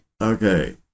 Okay